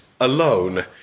alone